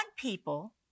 people